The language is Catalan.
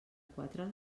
quatre